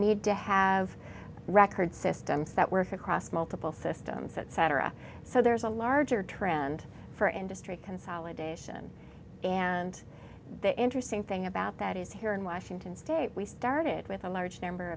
need to have record systems that work across multiple systems etc so there's a larger trend for industry consolidation and the interesting thing about that is here in washington state we started with a large number